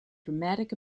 dramatic